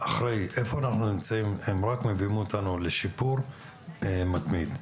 רק מביאים אותנו לשיפור מתמיד.